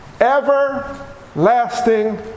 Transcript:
everlasting